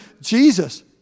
Jesus